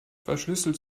verschlüsselt